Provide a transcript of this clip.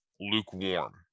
lukewarm